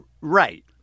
Right